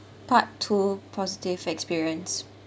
part two positive experience